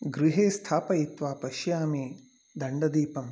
गृहे स्थापयित्वा पश्यामि दण्डदीपम्